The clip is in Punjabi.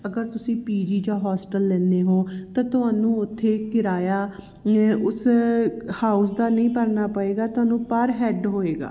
ਅਗਰ ਤੁਸੀਂ ਪੀ ਜੀ ਜਾਂ ਹੋਸਟਲ ਲੈਂਦੇ ਹੋ ਤਾਂ ਤੁਹਾਨੂੰ ਉੱਥੇ ਕਿਰਾਇਆ ਲੇ ਉਸ ਹਾਊਸ ਦਾ ਨਹੀਂ ਭਰਨਾ ਪਏਗਾ ਤੁਹਨੂੰ ਪਰ ਹੈੱਡ ਹੋਏਗਾ